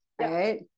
right